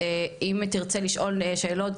אם תרצה לשאול שאלות,